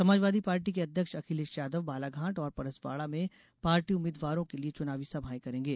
Samajwadi party के अध्यक्ष अखिलेश यादव बालाघाट और परसवाड़ा में पार्टी उम्मीदवारों के लिए चुनावी सभाएं करेंगे